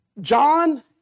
John